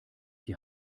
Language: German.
die